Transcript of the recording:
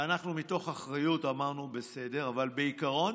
ואנחנו מתוך אחריות אמרנו: בסדר, אבל בעיקרון,